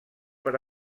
per